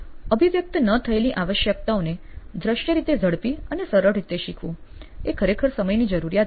અભિવ્યક્ત ન થયેલી આવશ્યકતાઓને દ્રશ્ય રીતે ઝડપી અને સરળ રીતે શીખવું એ ખરેખર સમયની જરૂરિયાત છે